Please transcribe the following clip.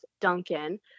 Duncan